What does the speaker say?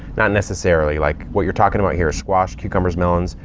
not necessarily. like what you're talking about here is squash, cucumbers, melons,